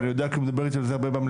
כי הוא דיבר איתי על זה במליאה.